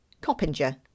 Coppinger